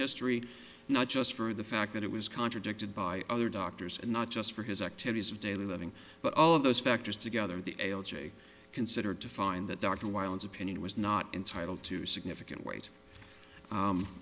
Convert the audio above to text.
history not just for the fact that it was contradicted by other doctors and not just for his activities of daily living but all of those factors together the considered to find that dr weil's opinion was not entitled to significant w